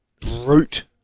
brute